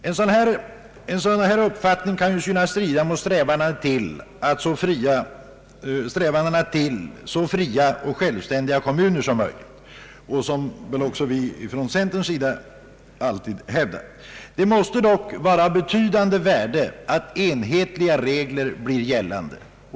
Denna uppfattning kan synas strida mot strävandena att få så fria och självständiga kommuner som möjligt, vilket även vi från centerns sida alltid yrkat på, men det måste vara av betydande värde att enhetliga regler blir gällande.